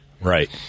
Right